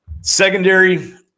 Secondary